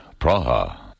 Praha